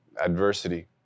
adversity